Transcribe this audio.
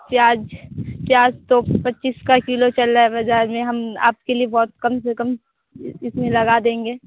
प्याज़ प्याज़ तो पच्चीस का किलो चल रहा है बाज़ार में हम आपके लिए बहुत कम से कम इसमें में लगा देंगे